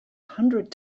hundred